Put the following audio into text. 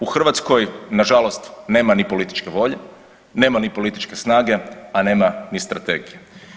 U Hrvatskoj nažalost nema ni političke volje, nema ni političke snage, a nema ni strategije.